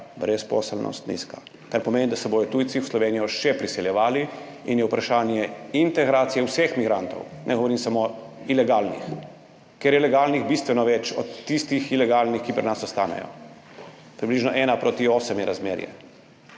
brezposelnost nizka, kar pomeni, da se bodo tujci v Slovenijo še priseljevali in je vprašanje integracije vseh migrantov, ne govorim samo o ilegalnih, ker je legalnih bistveno več od tistih ilegalnih, ki pri nas ostanejo. Približno ena proti osem je razmerje,